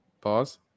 Pause